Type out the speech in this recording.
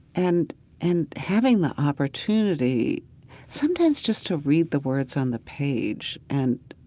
and and having the opportunity sometimes just to read the words on the page and,